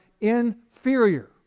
inferior